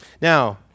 Now